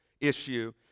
issue